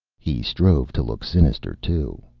he strove to look sinister too.